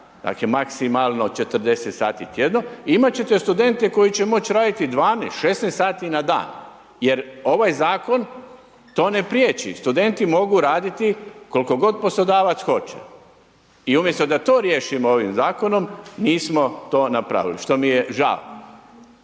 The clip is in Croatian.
dakle, maksimalno 40 sati tjedno i imati ćete studente, koji će moći raditi 12, 16 sati na dan. Jer ovaj zakon to ne prijeći. Studenti mogu raditi koliko god poslodavac hoće. I umjesto da to riješimo ovim zakonom, nismo to napravili, što mi je žao.